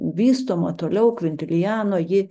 vystoma toliau kvintiljano ji